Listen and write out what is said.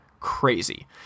crazy